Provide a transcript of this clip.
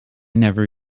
never